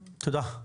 תודה.